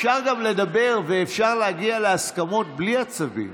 אפשר גם לדבר ואפשר להגיע להסכמות בלי עצבים.